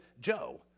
Joe